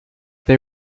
they